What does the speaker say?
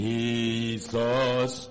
Jesus